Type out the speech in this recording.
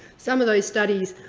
some of those studies,